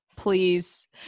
please